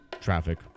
traffic